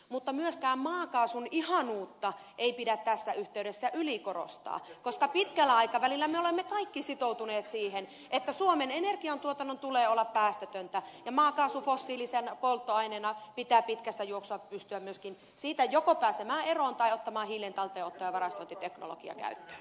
mutta myöskään maakaasun ihanuutta ei pidä tässä yhteydessä ylikorostaa koska pitkällä aikavälillä me olemme kaikki sitoutuneet siihen että suomen energiantuotannon tulee olla päästötöntä ja maakaasusta fossiilisena polttoaineena pitää pitkässä juoksussa pystyä joko pääsemään eroon tai ottamaan hiilen talteenotto ja varastointiteknologia käyttöön